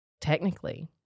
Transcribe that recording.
Technically